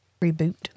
reboot